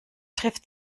trifft